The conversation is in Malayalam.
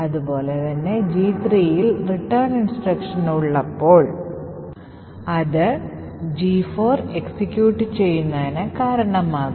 അതുപോലെ G3 ൽ റിട്ടേൺ ഇൻസ്ട്രക്ഷൻ ഉള്ളപ്പോൾ അത് G4 എക്സിക്യൂട്ട് ചെയ്യുന്നതിന് കാരണമാകും